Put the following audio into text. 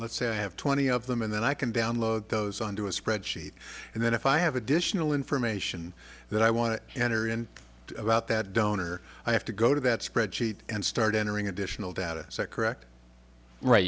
let's say i have twenty of them and then i can download those onto a spreadsheet and then if i have additional information that i want to enter in about that donor i have to go to that spreadsheet and start entering additional data set correct right